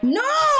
no